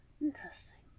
Interesting